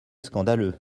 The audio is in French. scandaleux